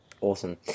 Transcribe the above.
Awesome